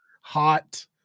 Hot